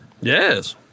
Yes